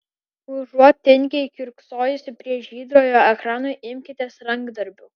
užuot tingiai kiurksojusi prie žydrojo ekrano imkitės rankdarbių